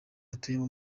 dutuyemo